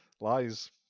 Lies